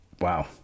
wow